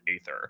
Aether